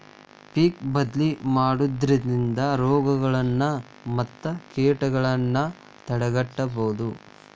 ಪಿಕ್ ಬದ್ಲಿ ಮಾಡುದ್ರಿಂದ ರೋಗಗಳನ್ನಾ ಮತ್ತ ಕೇಟಗಳನ್ನಾ ತಡೆಗಟ್ಟಬಹುದು